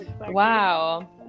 wow